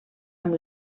amb